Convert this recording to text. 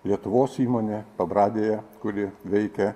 lietuvos įmonė pabradėje kuri veikia